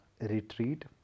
retreat